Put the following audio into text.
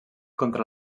contra